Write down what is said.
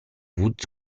would